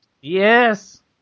Yes